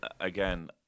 again